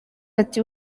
ati